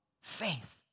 Faith